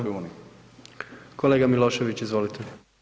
Kolega Milošević izvolite.